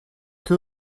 que